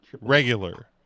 regular